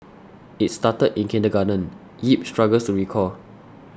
it started in kindergarten Yip struggles to recall